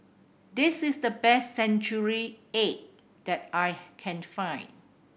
this is the best century egg that I can find